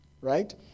Right